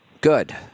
Good